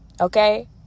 okay